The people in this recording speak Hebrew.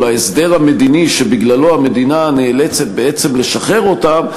או להסדר המדיני שבגללו המדינה נאלצת בעצם לשחרר אותם,